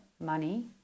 money